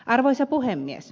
arvoisa puhemies